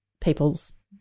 people's